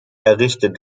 errichtet